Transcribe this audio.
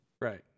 Right